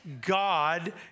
God